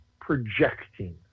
projecting